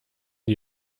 die